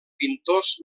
pintors